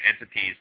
entities